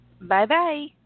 Bye-bye